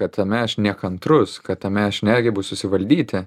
kad tame aš nekantrus kad tame aš negebu susivaldyti